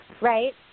right